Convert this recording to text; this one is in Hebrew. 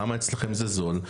למה אצלכם זה זול?